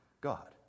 God